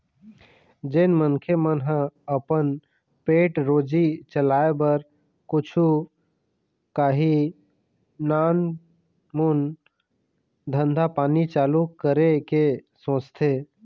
जेन मनखे मन ह अपन पेट रोजी चलाय बर कुछु काही नानमून धंधा पानी चालू करे के सोचथे